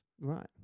Right